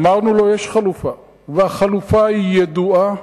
אמרנו לו: יש חלופה, והחלופה היא ידועה,